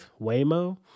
Waymo